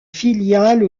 filiale